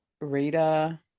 Rita